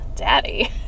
daddy